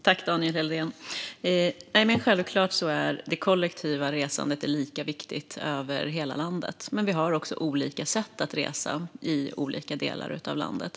Fru talman! Nej, självklart är det kollektiva resandet lika viktigt över hela landet, men vi har också olika sätt att resa i olika delar av landet.